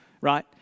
right